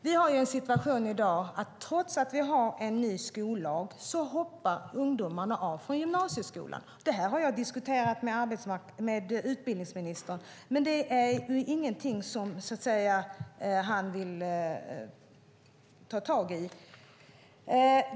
Trots att vi har en ny skollag har vi i dag en sådan situation att ungdomar hoppar av från gymnasieskolan. Detta har jag diskuterat med utbildningsministern. Men det är ingenting som han vill ta tag i.